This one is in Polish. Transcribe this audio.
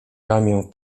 ramię